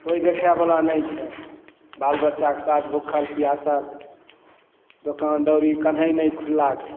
कोइ देखयवला नहि छै बाल बच्चाके साथ भुखल पियासल दोकान दौड़ी कन्हे नहि खुल्ला छै